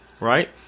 right